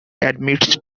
admits